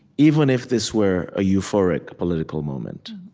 even if this were a euphoric political moment